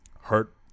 hurt